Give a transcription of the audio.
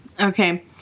Okay